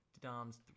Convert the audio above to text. Dom's